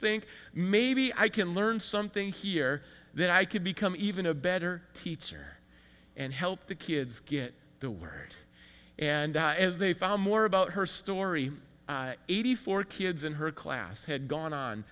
think maybe i can learn something here that i could become even a better teacher and help the kids get the word and as they found more about her story eighty four kids in her class had gone on